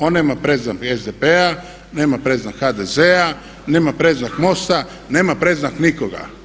On nema predznak ni SDP-a, nema predznak HDZ-a, nema predznak MOST-a, nema predznak nikoga.